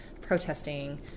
protesting